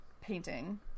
painting